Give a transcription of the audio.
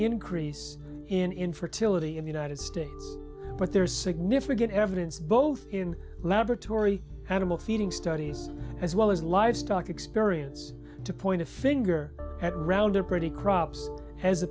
increase in infertility in the united states but there's significant evidence both in laboratory animal feeding studies as well as livestock experience to point a finger at around a pretty crops as